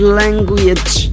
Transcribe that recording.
language